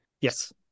yes